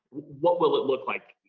what will it look like?